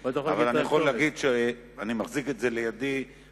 אבל אני יכול להגיד שאני מחזיק את זה לידי,